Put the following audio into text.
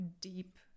deep